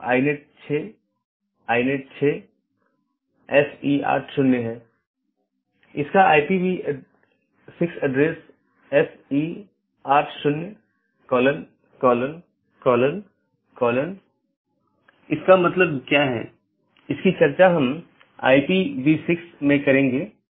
तो IBGP speakers की तरह AS के भीतर पूर्ण मेष BGP सत्रों का मानना है कि एक ही AS में साथियों के बीच एक पूर्ण मेष BGP सत्र स्थापित किया गया है